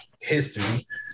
History